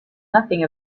nothing